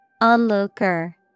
Onlooker